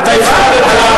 אתה הפסדת.